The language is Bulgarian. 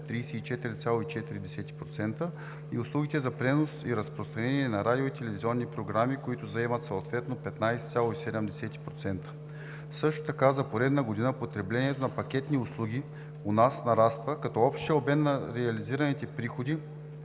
34,4%, и услугите за пренос и разпространение на радио и телевизионни програми, които заемат съответно 15,7%. Също така за поредна година потреблението на пакетни услуги у нас нараства, като общият обем на реализираните приходи